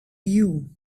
you